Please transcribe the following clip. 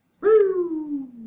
Woo